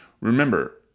Remember